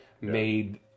made